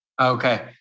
Okay